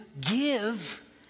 give